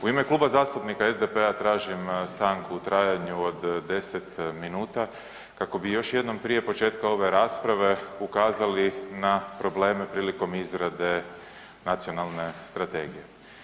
U ime Kluba zastupnika SDP-a tražim stanku u trajanju od 10 minuta kako bi još jednom prije početka ove rasprave ukazali na probleme prilikom izrade Nacionalne strategije.